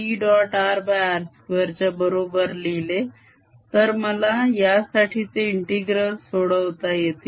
rr2 च्या बरोबर लिहिले तर मला यासाठीचे intergrals सोडवता येतील